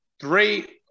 three